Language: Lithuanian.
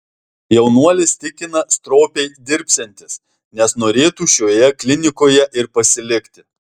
jaunuolis tikina stropiai dirbsiantis nes norėtų šioje klinikoje ir pasilikti